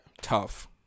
Tough